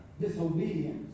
disobedience